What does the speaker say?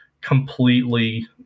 completely